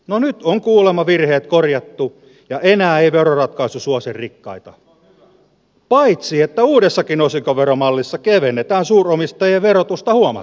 no nyt on kuulemma virheet korjattu ja enää ei veroratkaisu suosi rikkaita paitsi että uudessakin osinkoveromallissa kevennetään suuromistajien verotusta huomattavasti